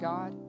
God